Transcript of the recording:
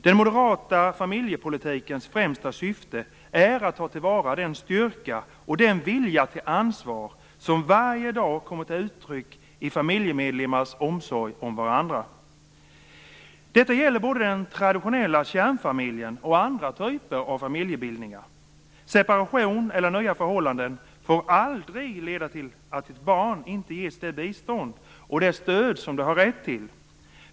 Den moderata familjepolitikens främsta syfte är att ta till vara den styrka och den vilja till ansvar som varje dag kommer till uttryck i familjemedlemmars omsorg om varandra. Detta gäller både den traditionella kärnfamiljen och andra typer av familjebildningar. Separation eller nya förhållanden får aldrig leda till att ett barn inte ges det bistånd och det stöd som det har rätt till.